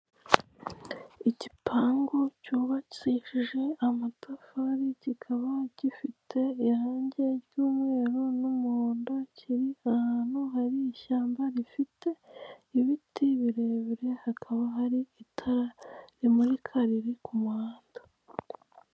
Igipangu cyubakishije amatafari kikaba gifite irange ry'umweru n'umuhondo kiri ahantu hari ishyamba rifite ibiti birebire hakaba hari itara rimurika riri ku muhanda.